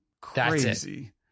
Crazy